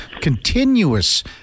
continuous